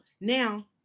now